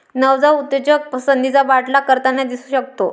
नवजात उद्योजक संधीचा पाठलाग करताना दिसू शकतो